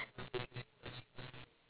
then I'll be damn rich